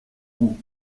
vous